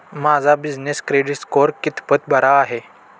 माझा business credit score कितपत बरा आहे?